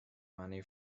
money